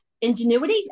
ingenuity